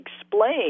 explain